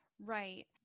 Right